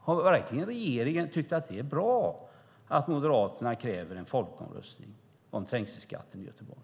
Har regeringen verkligen tyckt att det är bra att Moderaterna kräver en folkomröstning om trängselskatten i Göteborg?